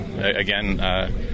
again